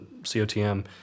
COTM